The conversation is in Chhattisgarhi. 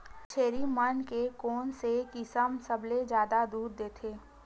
छेरी मन के कोन से किसम सबले जादा दूध देथे?